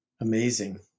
amazing